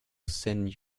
send